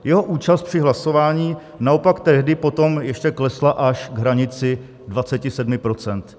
Jeho účast při hlasování naopak tehdy potom ještě klesla až k hranici 27 %.